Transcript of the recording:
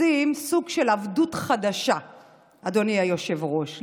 עושים סוג של עבדות חדשה, אדוני היושב-ראש.